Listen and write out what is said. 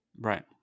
Right